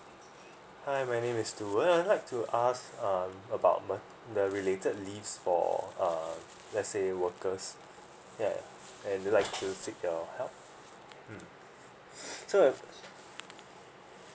hi my name is steward I would like to ask uh about the related leaves for uh let's say workers yeah and would like to seek your help hmm so